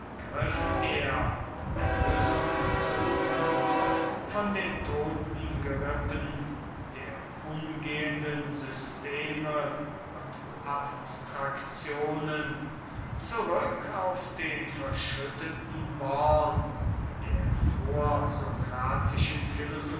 er erlösung suchend von den totengerippen der umgehenden systeme und abstraktionen zurück auf den verschütteten born der vorsokratischen philosophie